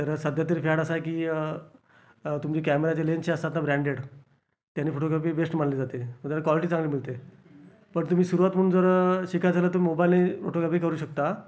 तर सध्या तरी फॅड असा आहे की तुमचे कॅमेराचे लेन्स जे असतात ना ब्रॅण्डेड त्याने फोटोग्राफी बेस्ट मानली जाते त्याने क्वालिटी चांगली मिळते पण तुम्ही सुरुवात म्हणून जर शिकायचं झालं तर मोबईलनी फोटोग्राफी करू शकता